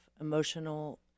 emotional